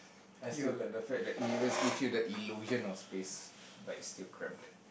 I still like the fact that mirrors give you the illusion of space but is still crammed